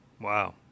Wow